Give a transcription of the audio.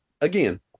again